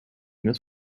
this